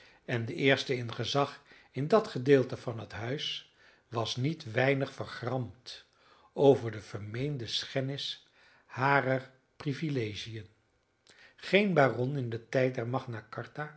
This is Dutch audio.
en de eerste in gezag in dat gedeelte van het huis was niet weinig vergramd over de vermeende schennis harer privilegiën geen baron in den tijd der magna